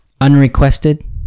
Unrequested